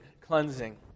cleansing